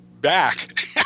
back